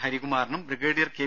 ഹരികുമാറിനും brigadier K